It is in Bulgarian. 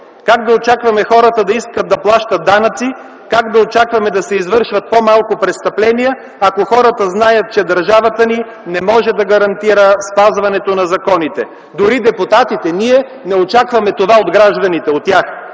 Как да очакваме хората да искат да плащат данъци, как да очакваме да се извършват по-малко престъпления, ако хората знаят, че държавата ни не може да гарантира спазването на законите? Дори ние, депутатите, не очакваме това от гражданите, от тях,